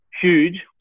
huge